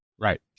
right